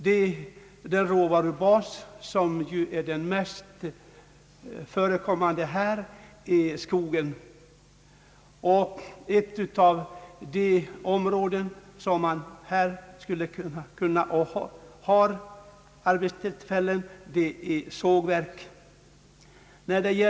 Den huvudsakliga råvarubasen i dessa trakter är skogen, och en verksamhet som här skulle kunna ge arbete är sågverksföretag.